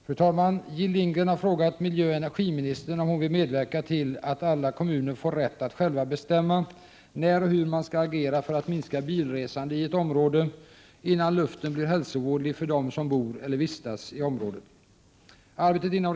Det finns för närvarande — sedan i maj — en kommitté som samlar underlag om begränsning av trafikens hälsooch miljöeffekter i storstadsområdena.